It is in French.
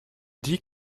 dit